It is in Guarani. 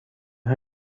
ha